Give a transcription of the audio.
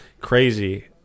crazy